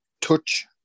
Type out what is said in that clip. touch